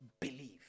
believe